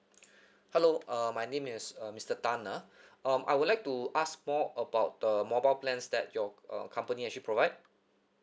hello uh my name is uh mister tan ah um I would like to ask more about the mobile plans that your uh company actually provide